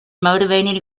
motivating